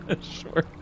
sure